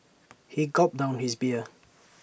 he gulped down his beer